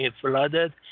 flooded